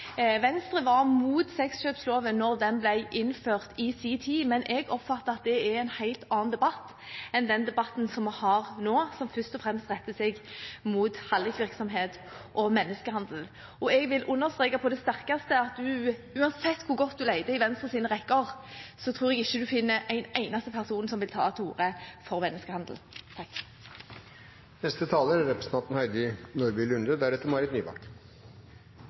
Venstre var mot sexkjøpsloven da den ble innført i sin tid, men jeg oppfatter at det er en helt annen debatt enn den debatten som vi har nå, som først og fremst retter seg mot hallikvirksomhet og menneskehandel. Jeg vil understreke på det sterkeste at uansett hvor godt man leter i Venstres rekker, tror jeg ikke man finner en eneste person som vil ta til orde for menneskehandel. Å tolke motstand mot dette forslaget som om noen er